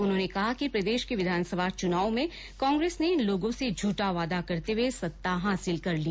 उन्होंने कहा कि प्रदेश के विधानसभा चुनावों में कांग्रेस ने लोगों से झुठा वादा करते हुए सत्ता हासिल कर ली